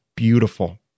Beautiful